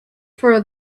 for